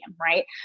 right